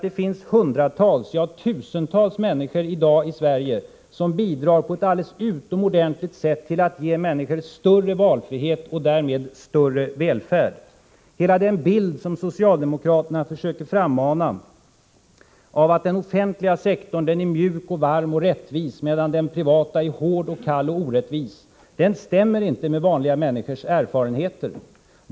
Det finns hundratals, ja tusentals, människor i Sverige i dag som på ett alldeles utomordentligt sätt bidrar till att ge människor större valfrihet och därmed större välfärd. Hela den bild som socialdemokraterna försöker frammana av att den offentliga sektorn är mjuk, varm och rättvis medan den privata är hård, kall och orättvis stämmer inte med vanliga människors erfarenheter.